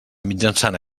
mitjançant